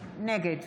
נגד